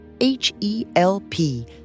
H-E-L-P